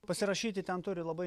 pasirašyti ten turi labai